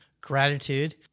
gratitude